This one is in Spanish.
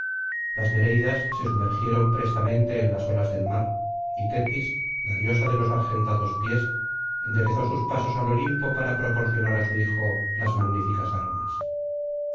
las nereidas se sumergieron prestamente en las olas del mar y tetis la diosa de los argentados pies enderezó sus pasos al olimpo para proporcionar á su hijo las magníficas armas